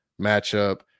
matchup